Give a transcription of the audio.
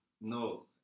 No